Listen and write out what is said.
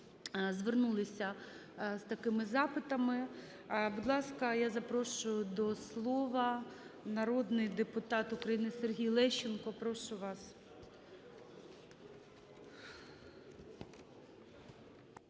звернулися з такими запитами. Будь ласка, я запрошую до слова. Народний депутат України Сергій Лещенко, прошу вас.